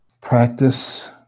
Practice